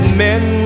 men